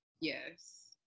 Yes